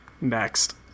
Next